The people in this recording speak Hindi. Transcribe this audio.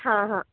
हाँ हाँ